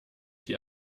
die